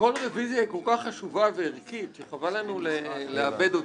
כל רביזיה היא כל כך חשובה וערכית שחבל לנו לאבד אותה.